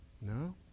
No